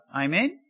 Amen